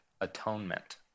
atonement